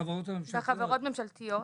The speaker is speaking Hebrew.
בחברות ממשלתיות.